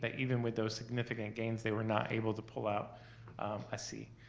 ah even with those significant gains, they were not able to pull out a c.